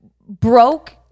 broke